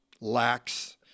lacks